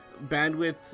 bandwidth